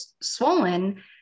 swollen